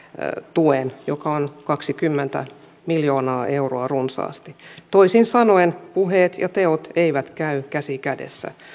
tuen joka on runsaat kaksikymmentä miljoonaa euroa toisin sanoen puheet ja teot eivät käy käsi kädessä